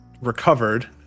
recovered